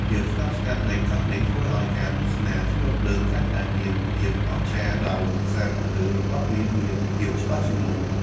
ភាពស្ងប់ស្ងាត់នៃកោះនេះធ្វើឲ្យការទស្សនាជីវភ្លើងកាន់តែមានភាពអស្ចារ្យ ដោយសារពន្លឺរបស់វាមានភាពច្បាស់ជាងមុន។